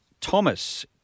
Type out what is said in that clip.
Thomas